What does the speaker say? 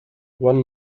one